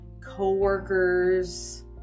co-workers